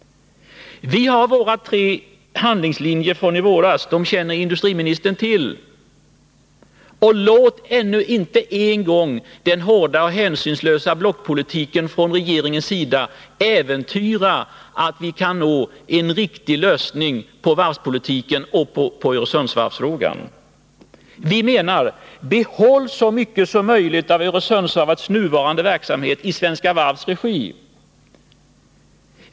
Vi har våra tre handlingslinjer från i våras. Dem känner industriministern till. Låt inte ännu en gång den hårda och hänsynslösa blockpolitiken från regeringens sida få styra varvsfrågan! Vi menar att man skall behålla så mycket som möjligt av Öresundsvarvets nuvarande verksamhet i Svenska Varvs regi.